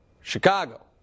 Chicago